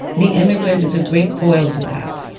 the immigrant is a great foil to that.